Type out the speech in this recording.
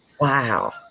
Wow